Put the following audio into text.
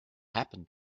happen